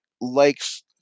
likes